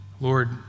Lord